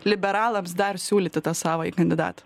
liberalams dar siūlyti tą savąjį kandidatą